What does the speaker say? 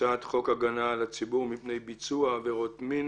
הצעת חוק הגנה על הציבור מפני ביצוע עבירות מין